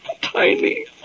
tiny